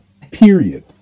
Period